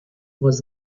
was